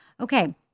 Okay